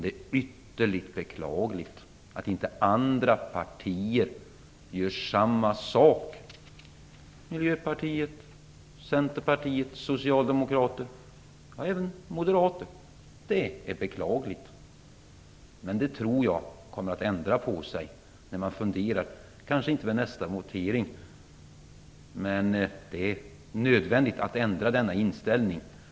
Det är ytterligt beklagligt att inte andra partier, Miljöpartiet, Centerpartiet, Socialdemokraterna och även Moderaterna, gör samma sak. Det är beklagligt, men jag tror att man kommer att ändra på sig när man börjar fundera. Man kanske inte har ändrat sig till nästa votering, men det är nödvändigt att ändra denna inställning.